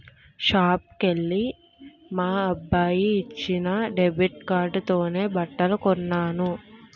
షాపుకెల్లి మా అబ్బాయి ఇచ్చిన డెబిట్ కార్డుతోనే బట్టలు కొన్నాను